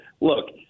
look